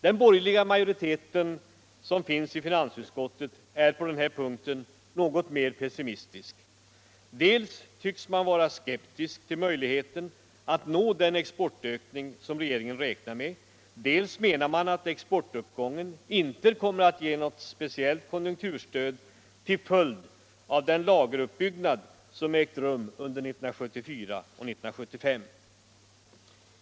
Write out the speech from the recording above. Den borgerliga majoriteten i finansutskottet är på den här punkten något mer pessimistisk. Dels tycks man vara skeptisk till möjligheten att nå den exportökning som regeringen räknar med, dels menar man att exportuppgången inte kommer att ge något speciellt konjunkturstöd till följd av den lageruppbyggnad som ägt rum under 1974 och 1975.